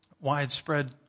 widespread